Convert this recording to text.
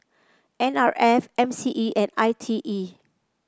N R F M C E and I T E